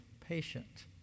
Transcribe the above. patient